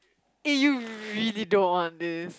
eh you really don't want this